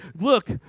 look